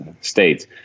states